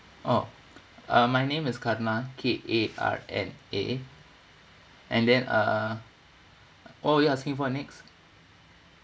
oh uh my name is karna K A R N A and then uh what were you asking for next